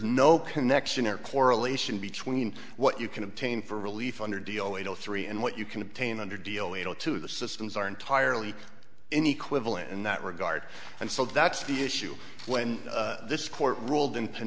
no connection or correlation between what you can obtain for relief under deal at all three and what you can obtain under deal you know to the systems are entirely in the equivalent in that regard and so that's the issue when this court ruled